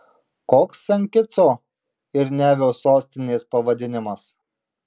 koks sent kitso ir nevio sostinės pavadinimas